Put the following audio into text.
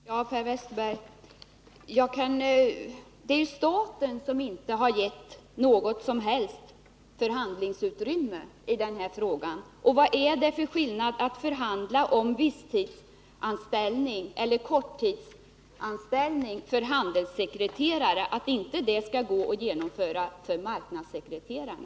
Fru talman! Ja, Per Westerberg, det är staten som inte har gett något som helst förhandlingsutrymme i denna fråga. Vad är det för skillnad mellan att förhandla om visstidsanställning och att förhandla om korttidsanställning för handelssekreterare som gör att detta inte skulle gå att genomföra för marknadssekreterarna?